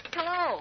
Hello